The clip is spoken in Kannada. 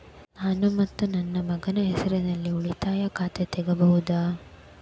ನಾನು ಮತ್ತು ನನ್ನ ಮಗನ ಹೆಸರಲ್ಲೇ ಉಳಿತಾಯ ಖಾತ ತೆಗಿಬಹುದ?